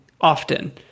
often